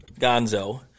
Gonzo